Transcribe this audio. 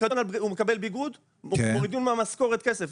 הוא מקבל ביגוד, מורידים לו מהמשכורת כסף.